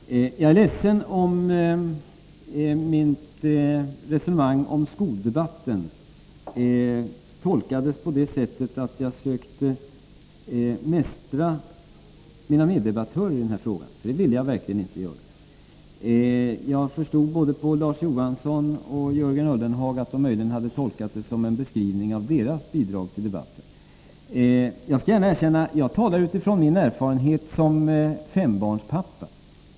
Herr talman! Jag är ledsen om mitt resonemang om skoldebatten tolkades på så sätt att jag sökte mästra mina meddebattörer i denna fråga. Det vill jag verkligen inte göra. Jag förstod av vad både Larz Johansson och Jörgen Ullenhag sade att de möjligen hade tolkat mitt inlägg som en beskrivning av deras bidrag till debatten. Jag skall gärna erkänna att jag talar utifrån min erfarenhet som fembarnspappa.